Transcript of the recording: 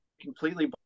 completely